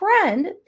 friend